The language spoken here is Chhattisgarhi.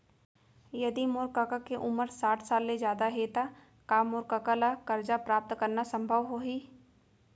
यदि मोर कका के उमर साठ साल ले जादा हे त का मोर कका ला कर्जा प्राप्त करना संभव होही